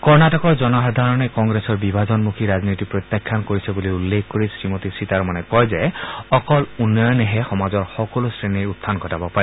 কৰ্ণাটকৰ জনসাধাৰণে কংগ্ৰেছৰ বিভাজনমূখী ৰাজনীতি প্ৰত্যাখান কৰিছে বুলি উল্লেখ কৰি শ্ৰীমতী সীতাৰমণে কয় যে অকল উন্নয়নেহে সমাজৰ সকলো শ্ৰেণীৰ উখান ঘটাব পাৰে